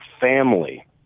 family